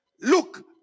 Look